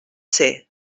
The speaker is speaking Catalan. ser